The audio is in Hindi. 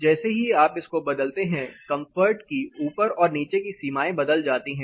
जैसे ही आप इसको बदलते हैं कंफर्ट की ऊपर और नीचे की सीमाएं बदल जाती है